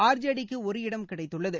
R J டிக்கு ஒரு இடம் கிடைத்துள்ளது